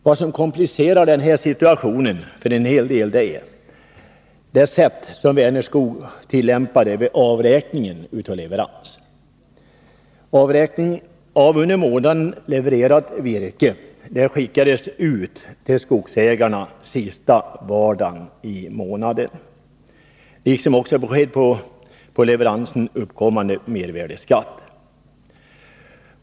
Vad som komplicerar mångas situation är den metod Vänerskog tillämpade vid avräkningen av leverans. Avräkning av under månaden levererat virke skickades till skogsägarna sista vardagen i månaden, liksom också besked om på leveransen uppkommande mervärdeskatt.